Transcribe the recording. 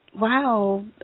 wow